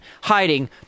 hiding